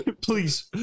Please